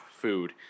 food